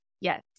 Yes